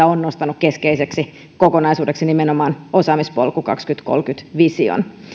on nostanut keskeiseksi kokonaisuudeksi nimenomaan osaamispolku kaksituhattakolmekymmentä vision